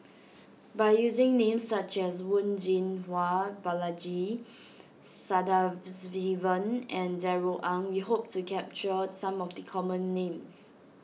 by using names such as Wen Jinhua Balaji Sadasivan and Darrell Ang we hope to capture some of the common names